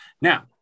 Now